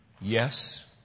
Yes